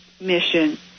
mission